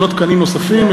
זה לא תקנים נוספים,